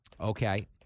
Okay